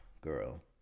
girl